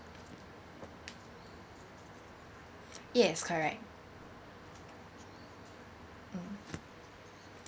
yes correct